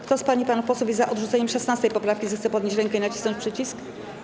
Kto z pań i panów posłów jest za odrzuceniem 16. poprawki, zechce podnieść rękę i nacisnąć przycisk.